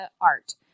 Art